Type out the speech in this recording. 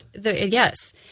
Yes